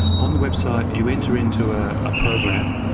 on the website, you enter into a ah program.